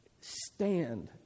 Stand